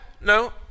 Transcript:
no